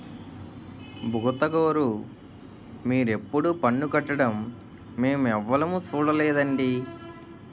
బుగతగోరూ మీరెప్పుడూ పన్ను కట్టడం మేమెవులుమూ సూడలేదండి